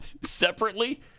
separately